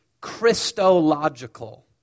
Christological